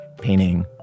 painting